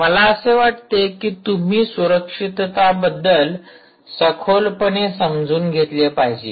मला असे वाटते कि तुम्ही सुरक्षितताबद्दल सखोलपणे समजून घेतले पाहिजे